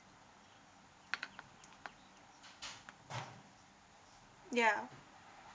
ya